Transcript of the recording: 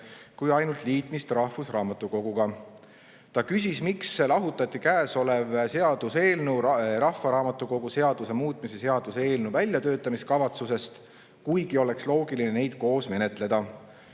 kui ainult liitmist rahvusraamatukoguga. Ta küsis, miks lahutati käesolev seaduseelnõu rahvaraamatukogu seaduse muutmise seaduse eelnõu väljatöötamiskavatsusest, kuigi oleks loogiline neid koos menetleda.